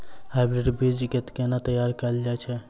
Hybrid बीज केँ केना तैयार कैल जाय छै?